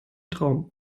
traum